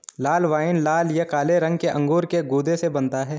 लाल wine लाल या काले रंग के अंगूर के गूदे से बनता है